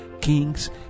kings